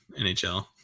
NHL